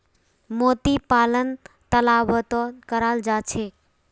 मोती पालन तालाबतो कराल जा छेक